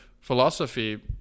philosophy